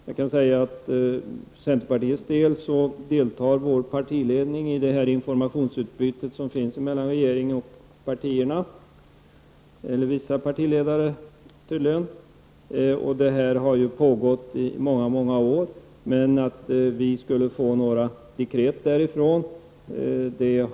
Jag kan säga att centerpartiets partiledning deltar i det informationsutbyte som förekommer mellan regeringen och vissa partier. Detta har pågått i många år, men det har inte utgått några dekret därifrån.